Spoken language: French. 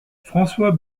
françois